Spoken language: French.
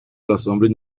l’assemblée